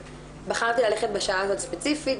ובחרתי ללכת בשעה הזאת ספציפית,